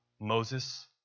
Moses